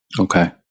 Okay